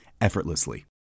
effortlessly